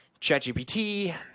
ChatGPT